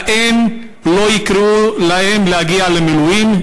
האם לא יקראו להם להגיע למילואים,